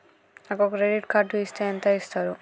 నాకు credit card ఇస్తే ఎంత ఇస్తరు?